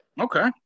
Okay